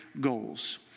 goals